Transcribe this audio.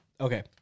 Okay